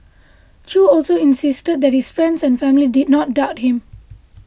Chew also insisted that his friends and family did not doubt him